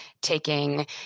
taking